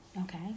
Okay